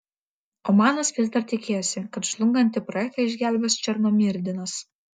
omanas vis dar tikėjosi kad žlungantį projektą išgelbės černomyrdinas